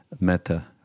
meta